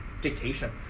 dictation